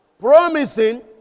promising